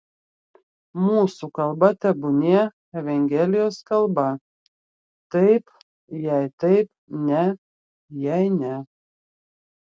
mūsų kalba tebūnie evangelijos kalba taip jei taip ne jei ne